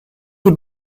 des